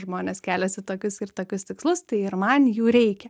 žmonės keliasi tokius ir tokius tikslus tai ir man jų reikia